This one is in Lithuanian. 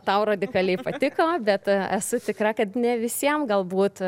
tau radikaliai patiko bet esu tikra kad ne visiem galbūt